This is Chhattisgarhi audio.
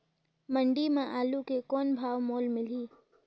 मंडी म आलू के कौन भाव मोल मिलही?